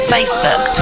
Facebook